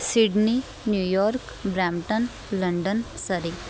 Sydney New York Brampton London Surrey